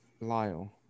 Lyle